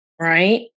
Right